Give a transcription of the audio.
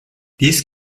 dies